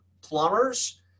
plumbers